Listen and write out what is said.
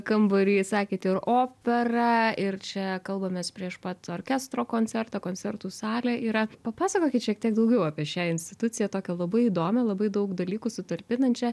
kambarį sakėt ir opera ir čia kalbamės prieš pat orkestro koncertą koncertų salė yra papasakokit šiek tiek daugiau apie šią instituciją tokią labai įdomią labai daug dalykų sutalpinančią